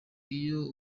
iyo